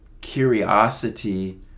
curiosity